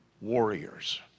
Warriors